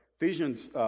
Ephesians